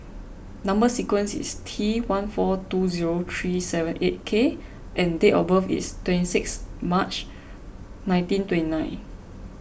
Number Sequence is T one four two zero three seven eight K and date of birth is twenty six March nineteen twenty nine